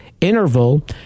interval